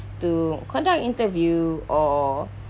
to conduct interview or